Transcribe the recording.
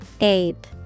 Ape